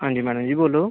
हंजी मैडम जी बोल्लो